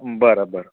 बरं बरं